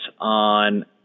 on